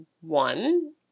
one